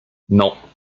non